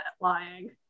lying